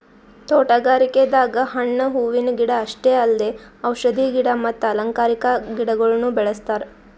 ತೋಟಗಾರಿಕೆದಾಗ್ ಹಣ್ಣ್ ಹೂವಿನ ಗಿಡ ಅಷ್ಟೇ ಅಲ್ದೆ ಔಷಧಿ ಗಿಡ ಮತ್ತ್ ಅಲಂಕಾರಿಕಾ ಗಿಡಗೊಳ್ನು ಬೆಳೆಸ್ತಾರ್